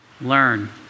Learn